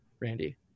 randy